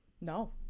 No